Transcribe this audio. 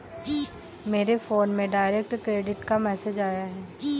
मेरे फोन में direct credit का मैसेज आया है